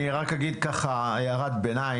אני רק אגיד הערת בינים,